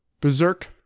Berserk